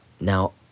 Now